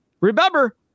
remember